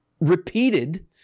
repeated